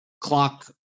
clock